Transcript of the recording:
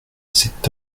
cet